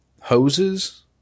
hoses